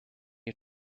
you